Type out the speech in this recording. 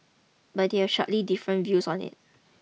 but they have sharply different views on it